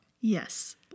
Yes